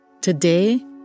Today